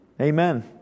Amen